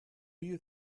you